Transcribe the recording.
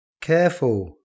careful